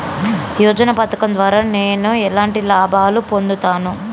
యోజన పథకం ద్వారా నేను ఎలాంటి లాభాలు పొందుతాను?